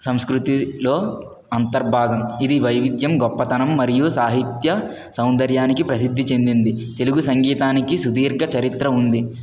సంస్కృతిలో అంతర్భాగం ఇది వైవిధ్యం గొప్పతనం మరియు సాహిత్య సౌంధర్యానికి ప్రసిధి చెందింది తెలుగు సంగీతానికి సుదీర్ఘ చరిత్ర ఉంది